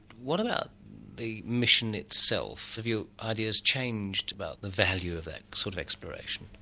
what about the mission itself? have your ideas changed about the value of that sort of exploration?